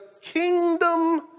kingdom